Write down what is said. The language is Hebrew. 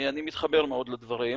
אני מתחבר מאוד לדברים.